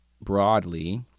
broadly